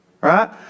Right